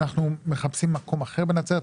אנחנו מחפשים מקום אחר בנצרת,